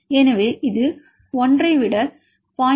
எனவே இது 1 ஐ விட 0